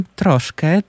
troszkę